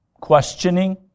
questioning